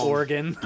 Oregon